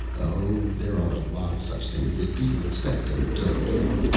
oh, there are a lot of such things that people expect and don't get.